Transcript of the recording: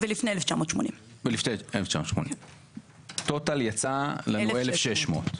ולפני 1980. טוטאל יצא לנו 1,600,